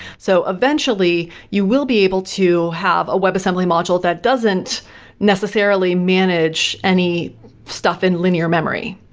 so eventually, you will be able to have a web assembly module that doesn't necessarily manage any stuff in linear memory.